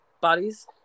bodies